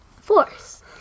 Force